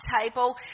table